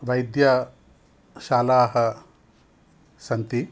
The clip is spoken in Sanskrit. वैद्यशालाः सन्ति